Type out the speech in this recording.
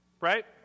Right